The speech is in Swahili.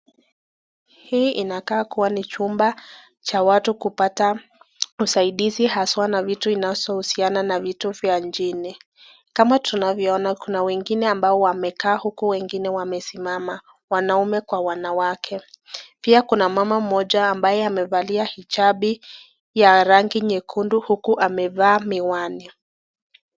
Hii inakaa kuwa ni chumba cha watu kupata usaidizi haswa na vitu inayousiana na vitu vyo nchini, kama tunavyo ona kuna wengine ambao wamekaa uku wengine wamesimama, wanaume kwa wanawake, pia kuna mama mmoja ambaye amevalia hijabu ya rangi nyekundu huku amevaa miwani.